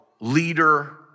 leader